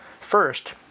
First